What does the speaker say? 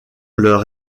leur